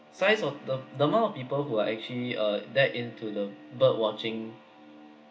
size of the the amount of people who are actually uh that into the bird watching